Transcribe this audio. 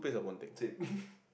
tape